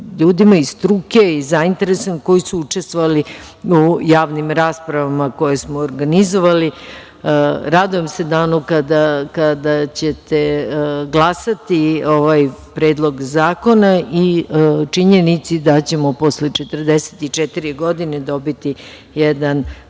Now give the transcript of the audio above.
iz struke i zainteresovanima koji su učestvovali u javnim raspravama koje smo organizovali. Radujem se danu kada ćete glasati ovaj Predlog zakona i činjenici da ćemo posle 44 godine dobiti jedan